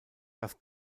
das